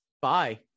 bye